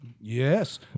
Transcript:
Yes